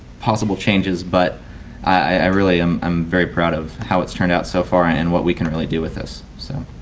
possible changes, but i really am um very proud of how it's turned out so far and what we can really do with this. so